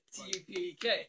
TPK